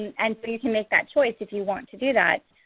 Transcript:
and so you can make that choice if you want to do that.